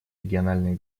региональные